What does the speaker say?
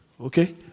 Okay